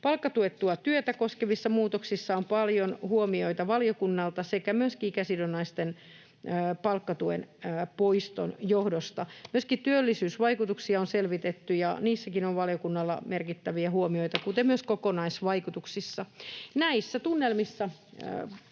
Palkkatuettua työtä koskevissa muutoksissa on paljon huomioita valiokunnalta sekä myöskin ikäsidonnaisten palkkatuen poiston johdosta. Myöskin työllisyysvaikutuksia on selvitetty, ja niissäkin on valiokunnalla merkittäviä huomioita, kuten myös kokonaisvaikutuksissa. Näissä tunnelmissa,